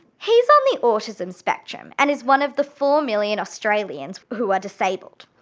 he is on the autism spectrum and is one of the four million australians who are disabled.